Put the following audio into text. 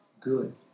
good